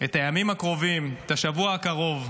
את הימים הקרובים, את השבוע הקרוב,